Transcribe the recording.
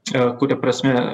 čia kuria prasme